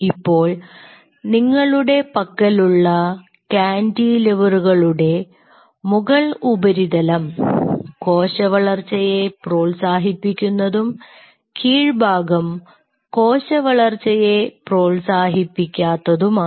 ഇപ്പോൾ നിങ്ങളുടെ പക്കലുള്ള കാന്റിലിവറുകളുടെ മുകൾ ഉപരിതലം കോശവളർച്ചയെ പ്രോത്സാഹിപ്പിക്കുന്നതും കീഴ്ഭാഗം കോശവളർച്ചയെ പ്രോത്സാഹിപ്പിക്കാത്തതുമാണ്